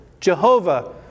Jehovah